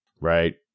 right